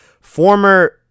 former